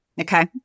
Okay